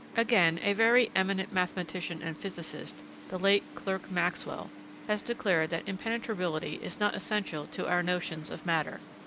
again, a very eminent mathematician and physicist the late clerk maxwell has declared that impenetrability is not essential to our notions of matter,